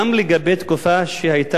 גם לגבי תקופה שהיתה